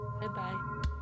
Bye-bye